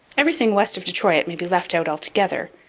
everything west of detroit may be left out altogether,